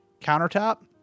countertop